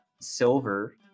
silver